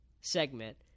segment